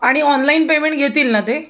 आणि online payment घेतील ना ते